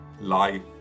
life